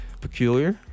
peculiar